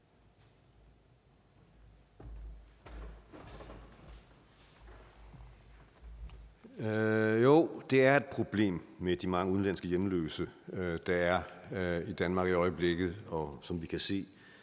Ja, det er et problem med de mange udenlandske hjemløse, der er i Danmark i øjeblikket, og som vi kan se